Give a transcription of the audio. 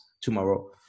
tomorrow